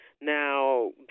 Now